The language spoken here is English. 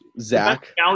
Zach